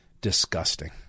disgusting